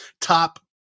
top